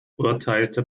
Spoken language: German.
urteilte